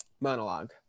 monologue